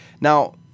now